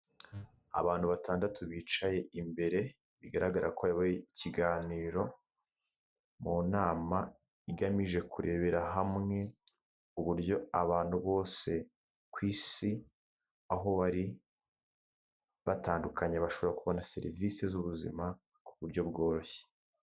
Abantu batandatu bicaye imbere bigaragara ko bayoboye ikiganiro mu nama igamije kurebera hamwe uburyo abantu bose ku Isi, aho bari batandukanye bashobora kubona serivisi z'ubuzima ku buryo bworoshye.